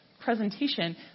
presentation